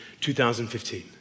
2015